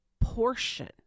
portion